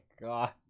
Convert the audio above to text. God